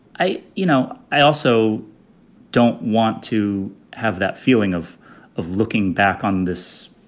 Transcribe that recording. i you know, i also don't want to have that feeling of of looking back on this.